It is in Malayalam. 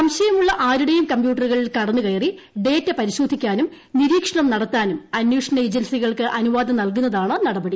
സംശയമുള്ള ആരുടേയും കമ്പ്യൂട്ടറുകളിൽ കടന്നു കയറി ഡേറ്റ പരിശോധിക്കാനും നിരീക്ഷണം നടത്താനും അന്വേഷണ ഏജൻസികൾക്ക് അനുവാദം നൽകുന്നതാണ് നടപടി